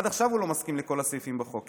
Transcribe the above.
עד עכשיו הוא לא מסכים לכל הסעיפים בחוק,